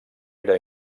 era